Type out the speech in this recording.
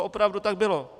Opravdu to tak bylo.